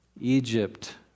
Egypt